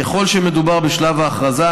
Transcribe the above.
ככל שמדובר בשלב ההכרזה,